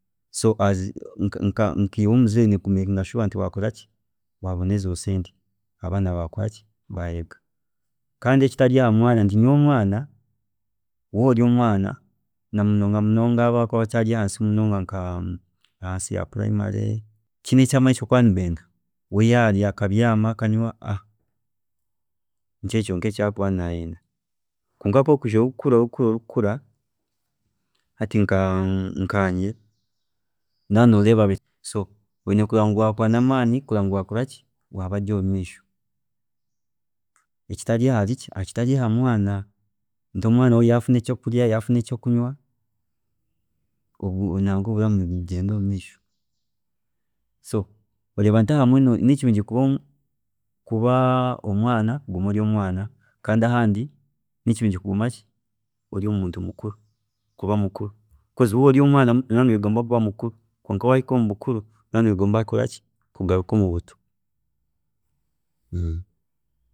﻿so as nki- nkiiwe omuziire oyine ku meekinga sure nti wakoraki wabona ezo sente abaana baayega ksndi ekitari aha mwaana nti nyowe omwaana waaba ori omwaana namunonga munonga nkaabo abari ahansi munonga nka ahansi ya primary we yaarya akanyaama akanywa tihiine ekindi eki arikuba nayenda kwonka weija ori kukukura ori kukura hati nka nkanye nooba noreeba ngu so oyine kureeba ngu wakora namaani kureeba ngu wakora ki, wabagye omumeisho, ekitari ahari ki ekitari ahamwaana nti omwaana we yaafuna ekyokurya akafuna ekyokunywa oburamu nibugyenda omumeisho so oreeba nti ahamwe nikirungi kuba ori omwaana okaguma ori omwaana kandi ahandi nikirungi kuba omuntu mukuru kuba kuba waaba ori omwaana nooba noyegomba kuba omuntumukuru kandi waaba ori omuntu mukuru obumwe noyegomba kugaruka omubuto